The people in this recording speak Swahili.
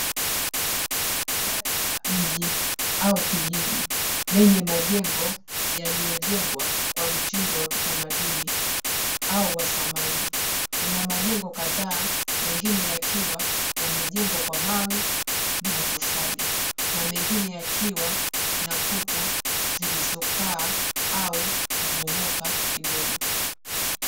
Dari ya mji au kijiji yenye jengo yaliyojengwa kwa mtindo wa kitamaduni au wa zamani. Kuna majengo kadhaa mengine yakiwa yamwjengwa kwa mawe na matofali na mengine yakiwa na kuta zilizokaa au kubomoka kidogo.